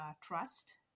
trust